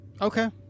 Okay